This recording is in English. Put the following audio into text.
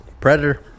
Predator